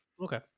okay